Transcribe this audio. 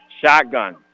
Shotgun